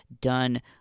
done